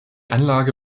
anlage